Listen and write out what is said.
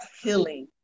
healing